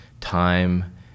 time